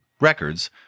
records